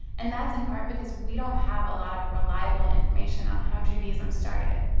and that's in part because we don't have a lot of reliable information on how judaism started.